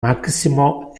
maximo